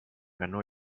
ganó